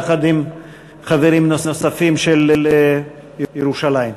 יחד עם חברים נוספים של ירושלים.